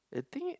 I think